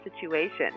Situation